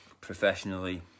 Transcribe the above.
professionally